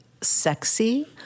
sexy